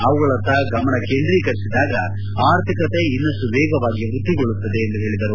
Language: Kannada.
ಅವುಗಳತ್ತ ಗಮನ ಕೇಂದ್ರೀಕರಿಸಿದಾಗ ಆರ್ಥಿಕತೆ ಇನ್ನಷ್ಟು ವೇಗವಾಗಿ ವೃದ್ವಿಗೊಳ್ಳುತ್ತದೆ ಎಂದು ಹೇಳಿದರು